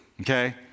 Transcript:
Okay